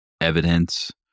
evidence